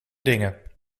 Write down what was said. dingen